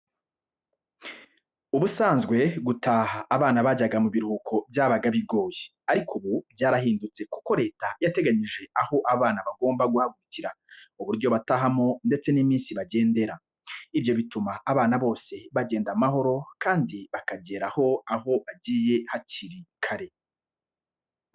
Ubisanzwe gutaha abana bajya mu biruhuko byabaga bigoye. Ariko ubu byarahindutse kuko leta yateganyije aho abana bagomba guhagurukira, uburyo batahamo ndetse n'iminsi bagendera. Ibyo bituma abana bose bagenda amahoro kandi bakageraho aho bagiye hakiri kare.